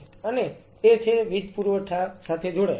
અને તે વીજ પુરવઠા સાથે જોડાયેલ છે